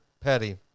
Petty